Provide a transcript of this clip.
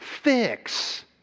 fix